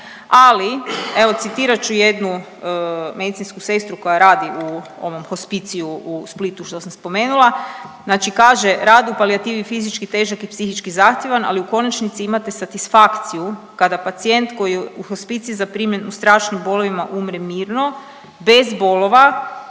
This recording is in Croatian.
ali evo citirat ću jednu medicinsku sestru koja radi u ovom hospiciju u Splitu što sam spomenula. Znači kaže rad u palijativi je fizički težak i psihički zahtjevan ali u konačnici imate satisfakciju kada pacijent koji u hospicij zaprimljen u strašnim bolovima umre mirno, bez bolova,